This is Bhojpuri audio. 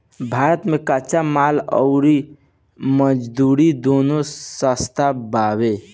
भारत मे कच्चा माल अउर मजदूरी दूनो सस्ता बावे